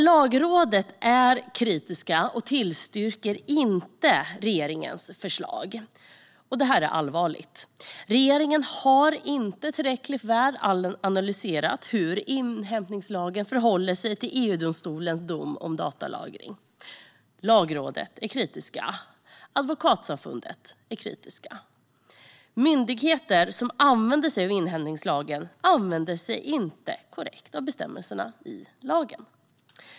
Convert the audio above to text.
Lagrådet är kritiskt och tillstyrker inte regeringens förslag, vilket är allvarligt. Regeringen har inte tillräckligt väl analyserat hur inhämtningslagen förhåller sig till EU-domstolens dom om datalagring. Lagrådet är kritiskt och Advokatsamfundet likaså. Myndigheter som använder sig av inhämtningslagen följer inte bestämmelserna i lagen korrekt.